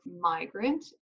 migrant